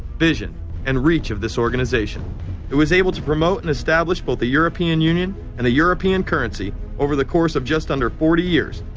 vision and reach of this organization it was able to promote and establish both the european union and a european currency over the course of just under forty years,